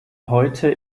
heute